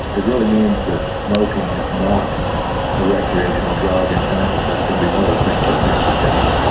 it really means that smoking is not a recreational drug and and i think that's going to be one of the things that brings it down.